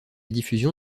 diffusion